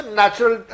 natural